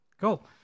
Cool